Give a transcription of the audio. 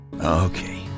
Okay